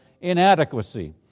inadequacy